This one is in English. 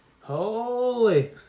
Holy